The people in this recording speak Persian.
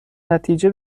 نتیجه